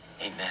Amen